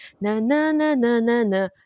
na-na-na-na-na-na